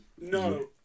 No